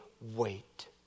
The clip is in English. wait